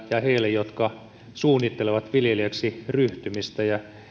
ja heille jotka suunnittelevat viljelijäksi ryhtymistä